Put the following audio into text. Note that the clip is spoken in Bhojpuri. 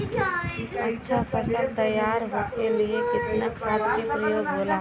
अच्छा फसल तैयार होके के लिए कितना खाद के प्रयोग होला?